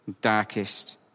darkest